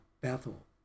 Bethel